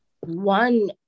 one